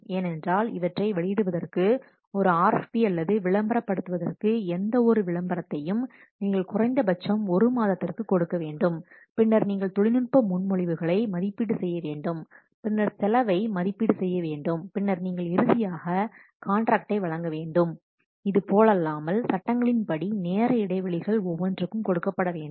ஏனென்றால் இவற்றை வெளியிடுவதற்கு ஒரு RFP அல்லது விளம்பரப் படுத்துவதற்கு எந்த ஒரு விளம்பரத்தையும் நீங்கள் குறைந்தபட்சம் ஒரு மாதத்திற்கு கொடுக்க வேண்டும் பின்னர் நீங்கள் தொழில்நுட்ப முன்மொழிவுகளை மதிப்பீடு செய்ய வேண்டும் பின்னர் செலவை மதிப்பீடு செய்ய வேண்டும் பின்னர் நீங்கள் இறுதியாக கான்ட்ராக்டை வழங்க வேண்டும் இது போலல்லாமல் சட்டங்களின்படி நேர இடைவெளிகள் ஒவ்வொன்றுக்கும் கொடுக்கப்படவேண்டும்